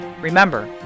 Remember